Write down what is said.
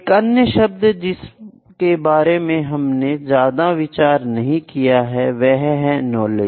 एक अन्य शब्द जिसके बारे में हमने ज्यादा विचार नहीं किया है वह है नॉलेज